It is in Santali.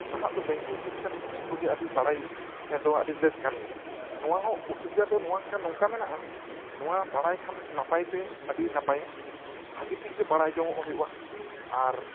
ᱱᱟᱦᱟᱜ ᱫᱚ ᱵᱮᱝᱠᱤᱝ ᱡᱩᱜᱽ ᱠᱟᱱᱟ ᱡᱚᱛᱚ ᱜᱮ ᱟᱹᱰᱤ ᱵᱟᱲᱟᱭ ᱫᱚ ᱟᱹᱰᱤ ᱞᱟᱹᱠ ᱠᱟᱱ ᱜᱮᱭᱟ ᱱᱚᱣᱟ ᱦᱚᱸ ᱚᱥᱩᱵᱤᱫᱟ ᱫᱚ ᱱᱚᱝᱠᱟ ᱢᱮᱱᱟᱜᱼᱟ ᱱᱚᱣᱟ ᱵᱟᱲᱟᱭ ᱠᱷᱚᱱ ᱱᱟᱯᱟᱭ ᱛᱮ ᱟᱹᱰᱤ ᱱᱟᱯᱟᱭᱟ ᱵᱷᱟᱹᱜᱤ ᱴᱷᱤᱠ ᱜᱮ ᱵᱟᱲᱟᱭ ᱡᱚᱝᱼᱚᱜ ᱡᱩᱭᱩᱜᱼᱟ ᱟᱨ